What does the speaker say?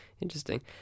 Interesting